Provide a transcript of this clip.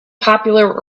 popular